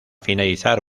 finalizar